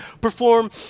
perform